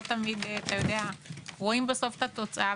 לא תמיד רואים בסוף את התוצאה,